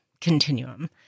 continuum